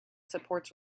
supports